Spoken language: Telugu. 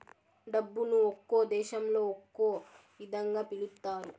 డబ్బును ఒక్కో దేశంలో ఒక్కో ఇదంగా పిలుత్తారు